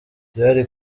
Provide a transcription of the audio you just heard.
byari